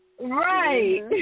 Right